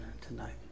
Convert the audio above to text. tonight